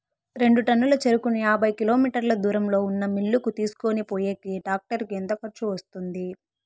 రెండు టన్నుల చెరుకును యాభై కిలోమీటర్ల దూరంలో ఉన్న మిల్లు కు తీసుకొనిపోయేకి టాక్టర్ కు ఎంత ఖర్చు వస్తుంది?